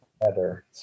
better